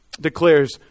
declares